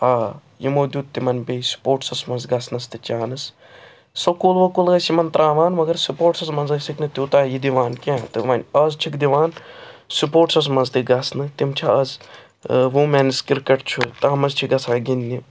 آ یمو دیُت بیٚیہِ تِمَن سُپورٹسَس مَنٛز گَژھنَس تہِ چانس سکوٗل ووٚکوٗل ٲسۍ یمن ترٛاوان مگر سپورٹسَس مَنٛز ٲسٕکھ نہٕ تیٛوٗتاہ یہِ دِوان کیٚنٛہہ تہٕ وۅنۍ اَز چھِکھ دِوان سپورٹسَس مَنٛز تہِ گَژھنہٕ تِم چھِ اَز ووٗمیٚنٕز کِرکَٹ چھُ تتھ مَنٛز چھِ گَژھان گِنٛدنہٕ